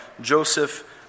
Joseph